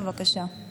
בבקשה.